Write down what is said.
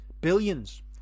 Billions